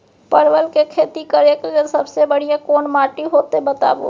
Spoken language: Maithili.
परवल के खेती करेक लैल सबसे बढ़िया कोन माटी होते बताबू?